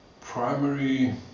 primary